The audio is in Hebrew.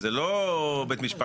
דיברנו עליו בישיבה.